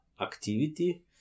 activity